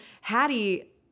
Hattie